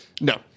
No